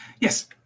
yes